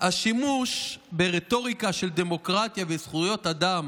"השימוש ברטוריקה של דמוקרטיה וזכויות אדם